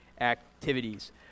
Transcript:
activities